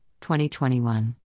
2021